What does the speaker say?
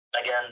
again